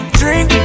drink